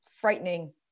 frightening